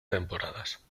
temporadas